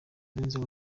b’inzego